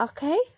Okay